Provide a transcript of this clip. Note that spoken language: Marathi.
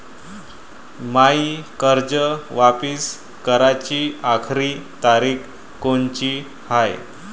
मायी कर्ज वापिस कराची आखरी तारीख कोनची हाय?